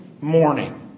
morning